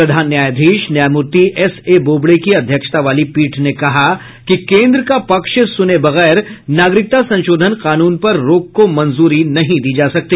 प्रधान न्यायधीश न्यायमूर्ति एसए बोबड़े की अध्यक्षता वाली पीठ ने कहा कि केन्द्र का पक्ष सुने बगैर नागरिकता संशोधन कानून पर रोक को मंजूरी नहीं दी जा सकती